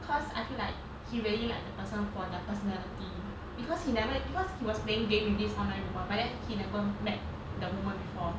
cause I feel like he really like the person for the personality because he never because he was playing game with this online woman but then he never met the woman before